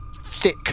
thick